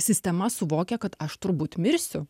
sistema suvokia kad aš turbūt mirsiu